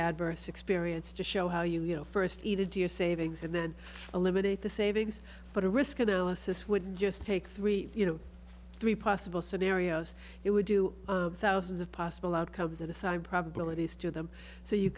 adverse experience to show how you know first aid your savings and then eliminate the savings but a risk analysis would just take three you know three possible scenarios it would do thousands of possible outcomes at a side probabilities to them so you